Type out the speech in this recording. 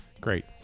Great